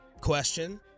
question